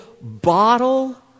bottle